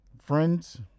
friends